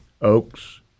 oaks